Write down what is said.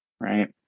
right